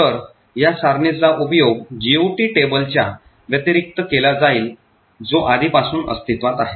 तर या सारणीचा उपयोग जीओटी टेबलच्या व्यतिरिक्त केला जाईल जो आधीपासून अस्तित्वात आहे